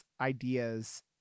ideas